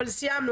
אבל סיימנו,